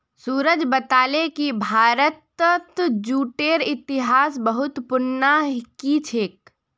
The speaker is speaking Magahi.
सूरज बताले कि भारतत जूटेर इतिहास बहुत पुनना कि छेक